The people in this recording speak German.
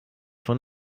von